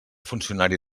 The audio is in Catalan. funcionari